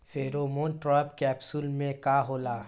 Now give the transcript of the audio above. Pheromone trap capsule में का होला?